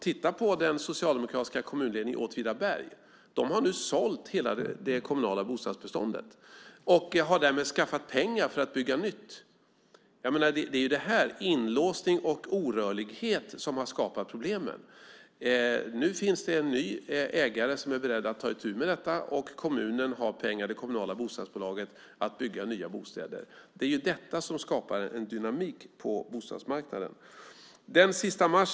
Titta på den socialdemokratiska kommunledningen i Åtvidaberg! De har nu sålt hela det kommunala bostadsbeståndet och därmed skaffat pengar för att bygga nytt. Det är inlåsning och orörlighet som har skapat problemen. Nu finns en ny ägare som är beredd att ta itu med detta, och det kommunala bostadsbolaget har pengar för att bygga nya bostäder. Det är detta som skapar dynamik på bostadsmarknaden. Herr talman!